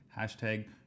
Hashtag